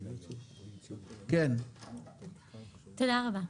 תודה רבה.